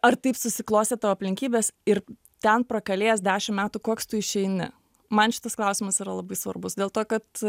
ar taip susiklostė tavo aplinkybės ir ten prakalėjęs dešim metų koks tu išeini man šitas klausimas yra labai svarbus dėl to kad